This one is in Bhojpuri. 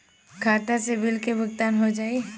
खाता से बिल के भुगतान हो जाई?